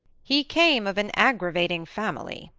he came of an aggravating family,